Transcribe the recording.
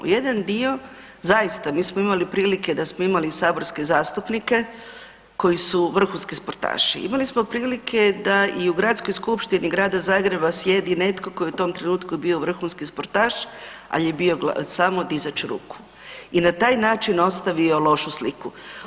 U jedan dio zaista mi smo imali prilike da smo imali saborske zastupnike koji su vrhunski sportaši, imali smo prilike da i u Gradskoj skupštini Grada Zagreba sjedi netko tko je u tom trenutku bio vrhunski sportaš, ali je bio samo dizač ruku i na taj način ostavio lošu sliku.